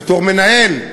בתור מנהל,